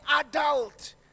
adult